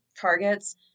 targets